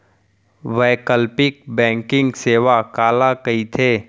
वैकल्पिक बैंकिंग सेवा काला कहिथे?